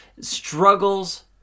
struggles